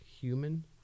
human